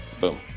boom